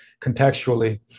contextually